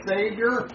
Savior